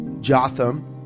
Jotham